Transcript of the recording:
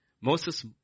Moses